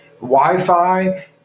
Wi-Fi